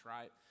right